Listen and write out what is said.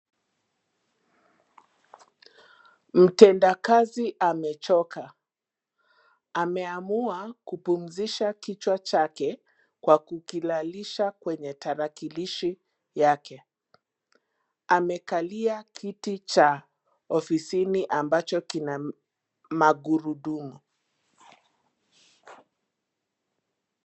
Mtendakazi amechoka, ameamua kupumzisha kichwa chake, kwa kukilalisha kwenye tarakilishi, yake, amekalia kiti cha, ofisini ambacho kina, magurudumu.